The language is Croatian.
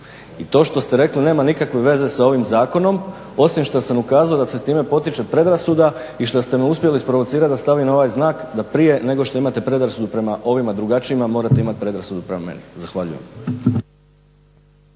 I to što ste rekli nema nikakve veze s ovim zakonom, osim što sam ukazao da se time potiče predrasuda i što ste me uspjeli isprovocirat da stavim ovaj znak da prije nego što imate predrasudu prema ovim drugačijima morate imate predrasudu prema meni. Zahvaljujem.